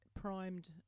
primed